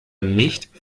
nicht